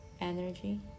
energy